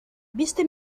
viste